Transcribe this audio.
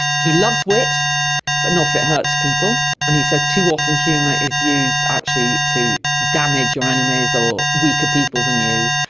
he loves wit but not if it hurts people, and he says too often humour is used actually to damage your enemies or weaker people than you.